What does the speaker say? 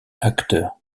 acteur